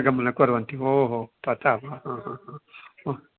गमनं कुर्वन्ति ओ हो तथा वा ह ह ह ह्म्